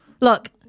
Look